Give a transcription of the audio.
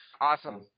Awesome